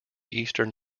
eastern